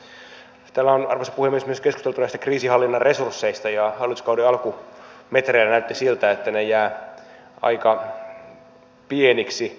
täällä on arvoisa puhemies myös keskusteltu näistä kriisihallinnan resursseista ja hallituskauden alkumetreillä näytti siltä että ne jäävät aika pieniksi